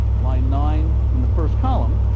line nine in the first column.